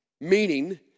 meaning